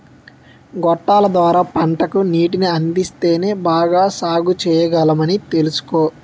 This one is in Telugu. గొట్టాల ద్వార పంటకు నీటిని అందిస్తేనే బాగా సాగుచెయ్యగలమని తెలుసుకో